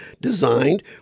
designed